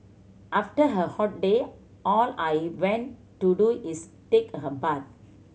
after a hot day all I want to do is take a bath